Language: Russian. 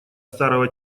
старого